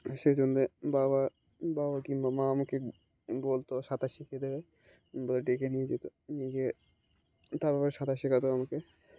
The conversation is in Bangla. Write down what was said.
সেই জন্যে বাবা বাবা কিংবা মা আমাকে বলতো সাঁতার শিখিয়ে দেবে বা ডেকে নিয়ে যেত নিয়ে গিয়ে তারপবার সাঁতার শেখাতো আমাকে